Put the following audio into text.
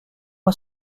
est